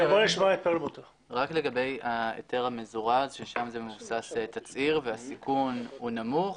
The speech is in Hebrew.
רק לגבי ההיתר המזורז שם זה תצהיר והסיכון הוא נמוך,